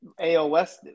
AOS